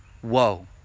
Whoa